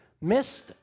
missed